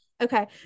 Okay